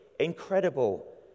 incredible